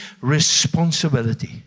responsibility